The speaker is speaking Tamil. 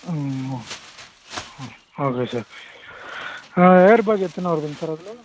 ம் ஓகே சார் ஏர்பேக் எத்தனை வருதுங்க சார் அதில்